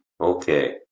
Okay